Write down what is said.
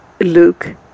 Luke